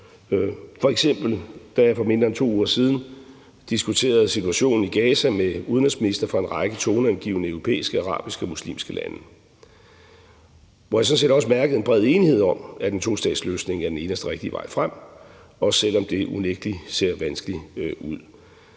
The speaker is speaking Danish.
for EU, f.eks. da jeg for mindre end 2 uger siden diskuterede situationen i Gaza med udenrigsministre fra en række toneangivende europæiske, arabiske og muslimske lande, hvor jeg sådan set også mærkede, at der var en bred enighed om, at en tostatsløsning er den eneste rigtige vej frem, også selv om det unægtelig ser vanskeligt ud.